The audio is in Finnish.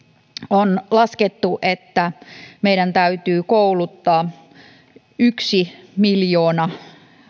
on laskettu että meidän täytyy kouluttaa miljoona